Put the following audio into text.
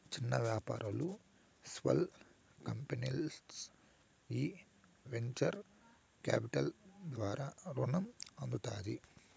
చిన్న యాపారాలు, స్పాల్ కంపెనీల్కి ఈ వెంచర్ కాపిటల్ ద్వారా రునం అందుతాది